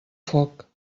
foc